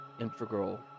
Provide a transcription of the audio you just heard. integral